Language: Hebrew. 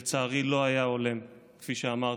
שלצערי לא היה הולם, כפי שאמרתי,